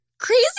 crazy